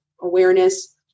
awareness